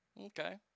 Okay